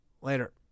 later